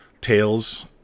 tales